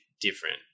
different